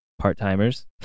part-timers